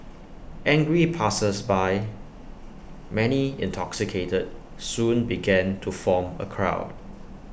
angry passersby many intoxicated soon began to form A crowd